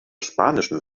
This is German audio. spanischen